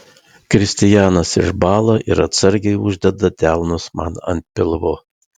kristijanas išbąla ir atsargiai uždeda delnus man ant pilvo